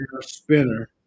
spinner